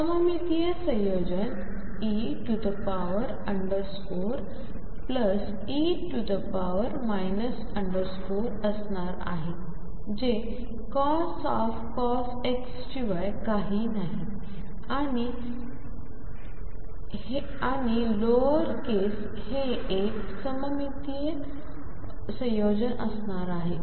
सममितीय संयोजन ee असणार आहे जेcosh x शिवाय काही नाही आणि लोअर केस हे एक असममितीय संयोजन असणार आहे